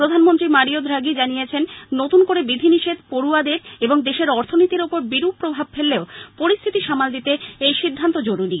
প্রধানমন্ত্রী Mario Draghi জানিয়েছেন নতুন করে বিধি নেষেধ পড়ুয়াদের এবং দেশের অর্থনীতির ওপর বিরূপ প্রভাব ফেললেও পরিস্থিতি সামাল দিতে এই সিদ্ধান্ত জরুরী